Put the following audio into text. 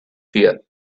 fear